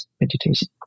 meditation